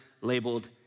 labeled